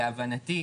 להבנתי,